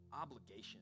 obligation